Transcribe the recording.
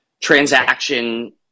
transaction